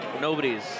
nobody's